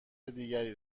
دیگری